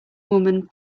woman